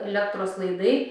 elektros laidai